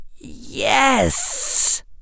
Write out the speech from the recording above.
Yes